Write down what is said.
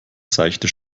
seichte